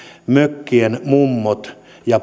mökkien mummoja ja